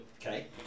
Okay